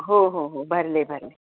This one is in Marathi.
हो हो हो भरले भरले